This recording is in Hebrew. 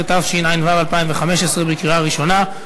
18), התשע"ו 2015, לקריאה ראשונה.